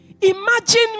Imagine